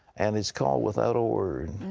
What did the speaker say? and its called without a word.